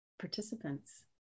participants